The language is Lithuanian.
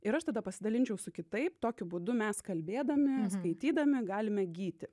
ir aš tada pasidalinčiau su kitais tokiu būdu mes kalbėdami skaitydami galime gyti